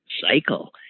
cycle